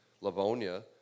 Livonia